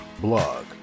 Blog